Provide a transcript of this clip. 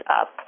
up